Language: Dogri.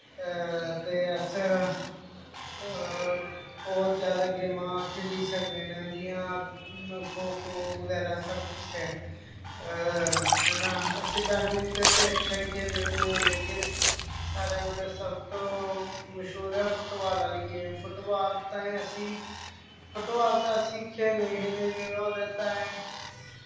ते अस और ज्यादा गेमां खेली सकने न जि'यां खो खो बगैरा सब कुछ ऐ हैना अस बैडमिंटन ते अच्छा ही खेलने होन्ने लेकिन साढ़े उद्धर सबतों मश्हूर ऐ फुटबाल आह्ली गेम फुटबाल ताईं असीं फुटबाल ते असी खेलने खेलने और तैं